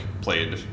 played